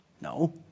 No